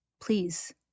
Please